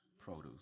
produce